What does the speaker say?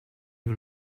you